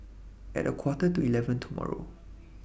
At A Quarter to eleven tomorrow